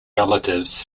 relatives